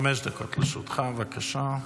חמש דקות לרשותך, בבקשה.